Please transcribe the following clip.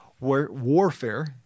warfare